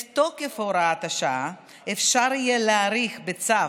את תוקף הוראת השעה אפשר יהיה להאריך בצו,